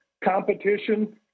competition